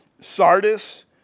Sardis